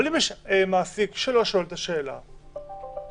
אבל אם יש מעסיק שלא שואל את השאלה שכח,